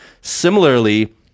similarly